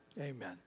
Amen